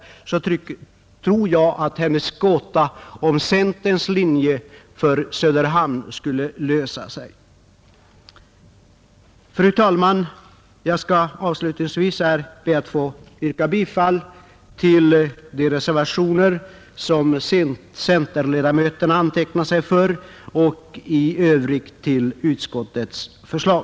Det tror jag skulle lösa gåtan om centerns linje för Söderhamn åt henne, Fru talman! Jag skall avslutningsvis be att få yrka bifall till de reservationer som undertecknats av centerledamöter och i övrigt till utskottets förslag.